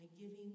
giving